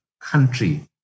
country